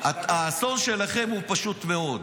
-- הוא פשוט מאוד.